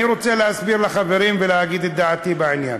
אני רוצה להסביר לחברים ולהגיד את דעתי בעניין.